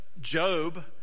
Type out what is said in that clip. Job